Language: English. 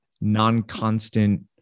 non-constant